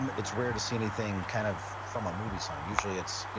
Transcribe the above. um it's rare to see anything kind of from a movie signed. usually, it's, you